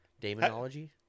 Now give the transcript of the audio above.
demonology